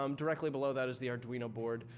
um directly below that is the arduino board.